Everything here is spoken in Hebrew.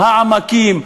העמקים,